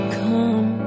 come